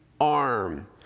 arm